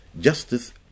justice